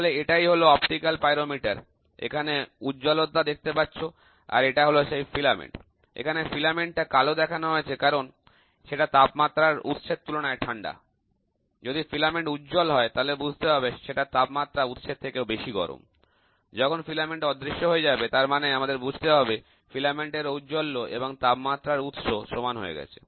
তাহলে এটাই হল অপটিক্যাল পাইরোমিটার এখানে উজ্জ্বলতা দেখতে পাচ্ছ আর এটা হল সেই ফিলামেন্ট এখানে ফিলামেন্ট টা কালো দেখানো হয়েছে কারণ সেটা তাপমাত্রার উৎসের তুলনায় ঠান্ডা যদি ফিলামেন্ট উজ্জ্বল হয় তাহলে বুঝতে হবে সেটা তাপমাত্রার উৎসের থেকেও বেশি গরম যখন ফিলামেন্ট অদৃশ্য হয়ে যাবে তার মানে আমাদের বুঝতে হবে ফিলামেন্টের ঔজ্জ্বল্য এবং তাপমাত্রার উৎস সমান হয়ে গেছে